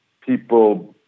people